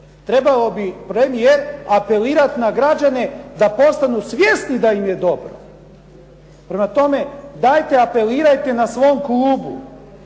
Trebao bi premijer apelirati na građane da postanu svjesni da im je dobro. Prema tome, dajte apelirajte na svom klubu